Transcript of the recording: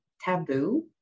taboo